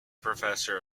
professor